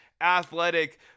athletic